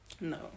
No